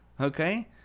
okay